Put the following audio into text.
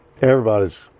Everybody's